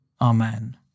Amen